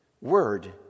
word